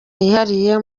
yihariye